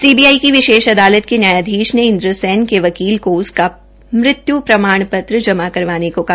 CBI की विशेष अदालत के न्यायधीश ने इन्दसेन के वकील को उनका मृत्यू प्रमाण पत्र जमा करने को कहा